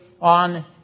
On